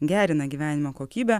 gerina gyvenimo kokybę